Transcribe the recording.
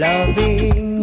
Loving